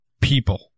People